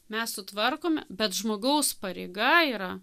mes sutvarkome bet žmogaus pareiga yra